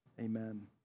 amen